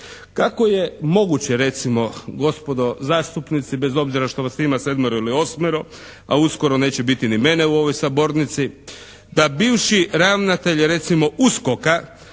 Kako je moguće recimo gospodo zastupnici, bez obzira što vas ima sedmero ili osmero, a uskoro neće biti ni mene u ovoj sabornici da bivši ravnatelj recimo USKOK-a